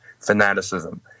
fanaticism